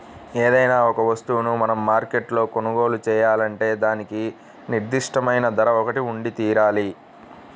ఏదైనా ఒక వస్తువును మనం మార్కెట్లో కొనుగోలు చేయాలంటే దానికి నిర్దిష్టమైన ధర ఒకటి ఉండితీరాలి